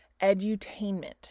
edutainment